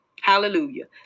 Hallelujah